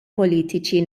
politiċi